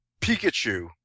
Pikachu